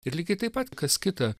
ir lygiai taip pat kas kita